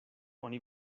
oni